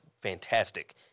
fantastic